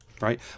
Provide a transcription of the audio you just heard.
right